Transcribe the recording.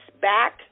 back